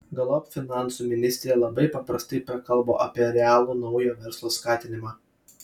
galop finansų ministrė labai paprastai prakalbo apie realų naujo verslo skatinimą